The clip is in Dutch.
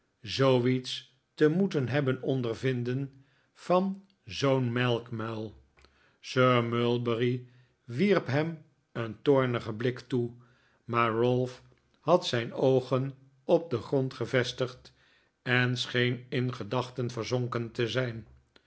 te duelleeren zou het al erg genoeg zijn geweest sir mulberry wierp hem een toornigen blik toe maar ralph had zijn oogen op den grond gevestigd en scheen in gedachten verzonken te zijn